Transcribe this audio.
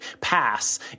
pass